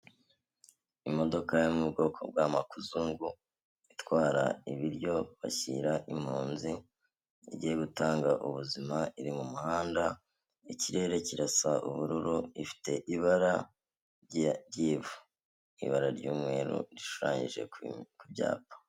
Imodoka yo mu bwoko bwa makuzungu itwara ibiryo bashyira impunzi, igiye gutanga ubuzima, iri mu muhanda, ikirere kirasa ubururu, ifite ibara ry'ivu, ibara ry'umweru rishushanyije ku byapa.